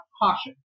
caution